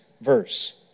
verse